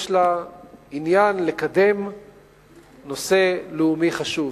יש לה עניין לקדם נושא לאומי חשוב.